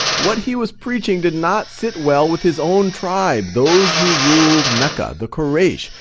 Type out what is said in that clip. what he was preaching did not sit well with his own tribe, those who ruled mecca, the quraysh.